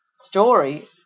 story